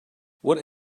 what